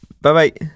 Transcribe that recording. Bye-bye